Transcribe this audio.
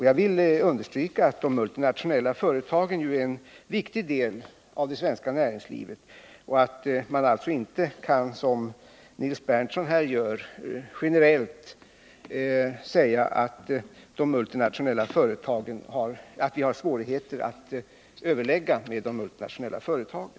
Jag vill understryka att de multinationella företagen är en viktig del av det svenska näringslivet och att man alltså inte. som Nils Berndtson gör, kan säga generellt att vi har svårigheter i våra relationer med de multinationella företagen.